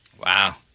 Wow